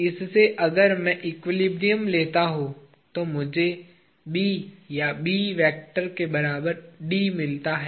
इससे अगर मैं एक्विलिब्रियम लेता हूं तो मुझे या B वेक्टर के बराबर मिलता है